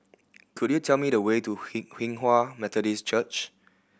could you tell me the way to Hinghwa Methodist Church